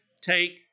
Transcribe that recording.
take